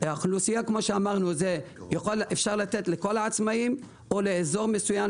האוכלוסייה כאמור - אפשר לתת לכל העצמאים או לאזור מסוים.